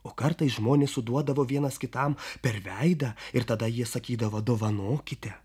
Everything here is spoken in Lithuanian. o kartais žmonės suduodavo vienas kitam per veidą ir tada jie sakydavo dovanokite